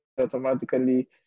automatically